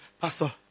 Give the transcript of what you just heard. Pastor